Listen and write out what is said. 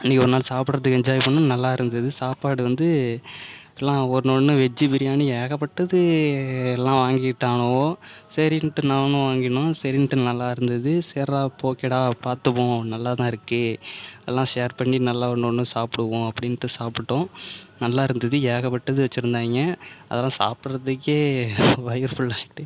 அன்னைக்கு ஒரு நாள் சாப்பிடறதுக்கு என்ஜாய் பண்ணோம் நல்லா இருந்தது சாப்பாடு வந்து எல்லாம் ஒன்று ஒன்று வெஜ்ஜு பிரியாணி ஏகப்பட்டது எல்லாம் வாங்கிட்டானுக சரின்ட்டு நானும் வாங்கினோம் சரின்ட்டு நல்லாயிருந்தது சேர்ரா இப்போது ஓகேடா பார்த்துப்போம் நல்லா தான் இருக்கு எல்லாம் ஷேர் பண்ணி நல்லா ஒன்று ஒன்றும் சாப்பிடுவோம் அப்படின்ட்டு சாப்பிட்டோம் நல்லா இருந்தது ஏகப்பட்டது வச்சிருந்தாங்க அதல்லாம் சாப்பிட்றதுக்கே வயிறு ஃபுல்லாகிட்டு